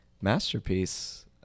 masterpiece